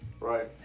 right